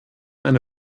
eine